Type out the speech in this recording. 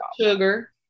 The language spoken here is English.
sugar